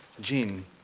Jean